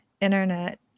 internet